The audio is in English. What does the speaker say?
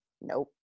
Nope